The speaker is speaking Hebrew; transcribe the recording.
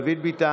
דוד ביטן,